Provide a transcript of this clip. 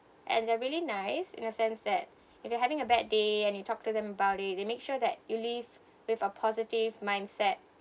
and they're really nice in a sense that if you're having a bad day and you talk to them about it they make sure that you leave with a positive mindset